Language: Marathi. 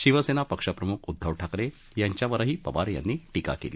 शिवसेना पक्षप्रमुख उद्दव ठाकरे यांच्यावरही पवार यांनी टीका केली